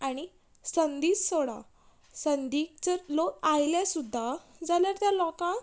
आनी संदीच सोडा संदीच जर लोक आयल्या सुद्दां जाल्यार त्या लोकांक